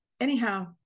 Anyhow